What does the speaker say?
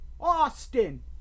Austin